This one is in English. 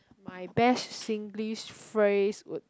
my best singlish phrase would